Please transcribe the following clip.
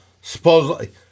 Supposedly